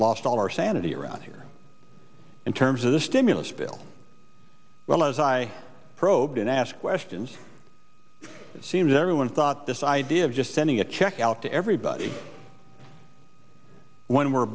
lost all our sanity around here in terms of the stimulus bill well as i probe and ask questions it seems everyone thought this idea of just sending a check out to everybody when we're